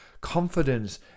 Confidence